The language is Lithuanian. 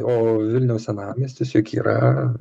o vilniaus senamiestis juk yra